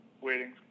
waiting